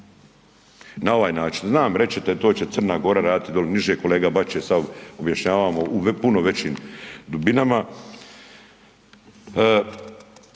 na ovaj način. Znam, reći ćete to će Crna Gora raditi dolje niže, kolega Bačić je sada objašnjavao u puno većim dubinama.